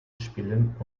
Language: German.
spielen